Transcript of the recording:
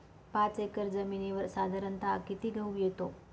पाच एकर जमिनीवर साधारणत: किती गहू येतो?